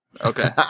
Okay